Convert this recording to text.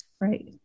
Right